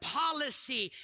policy